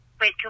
wait